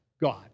God